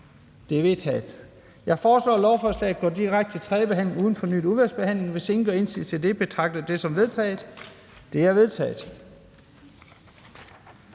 De er vedtaget. Jeg foreslår, at lovforslaget går direkte til tredje behandling uden fornyet udvalgsbehandling. Hvis ingen gør indsigelse mod dette, betragter jeg det som vedtaget. Det er vedtaget.